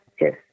Yes